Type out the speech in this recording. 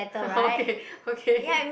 okay okay